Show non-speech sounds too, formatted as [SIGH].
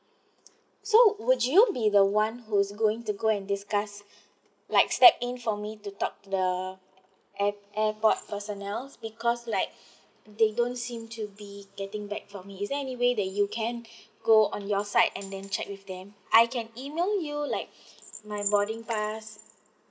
so would you be the one who's going to go and discuss like step in for me to talk to the air~ airport personnels because like [BREATH] they don't seem to be getting back for me is there any way that you can [BREATH] go on your side and then check with them I can email you like [BREATH] my boarding pass